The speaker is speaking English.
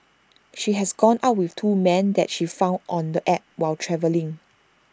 she has gone out with two men that she found on the app while travelling